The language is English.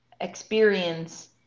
experience